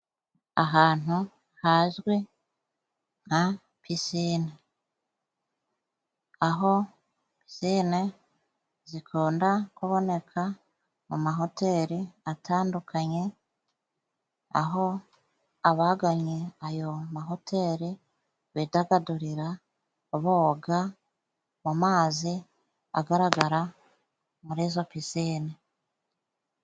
Ahantu hazwi nka pisine aho pisine zikunda kuboneka mu mahoteri atandukanye, aho abagannye ayo mahoteri bidagadurira boga mu mazi agaragara muri izo pisine.